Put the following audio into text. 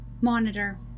Monitor